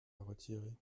retirer